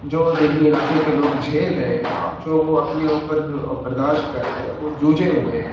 جو دیہی علاقے کے لوگ جھیل رہے ہیں اور جو وہ اپنے اوپر برداشت کر رہے ہیں وہ جوجھے ہوئے ہیں